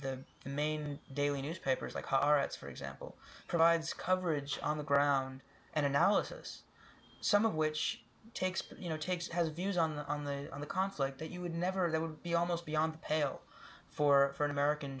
the main daily newspapers like ha'aretz for example provides coverage on the ground and analysis some of which takes you know takes as views on on the on the conflict that you would never that would be almost beyond the pale for american